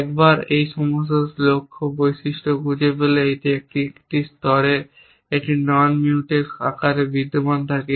একবার এটি সমস্ত লক্ষ্য বৈশিষ্ট্যগুলি খুঁজে পেলে এটি একটি স্তরে একটি নন মিউটেক্স আকারে বিদ্যমান থাকে